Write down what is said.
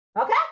Okay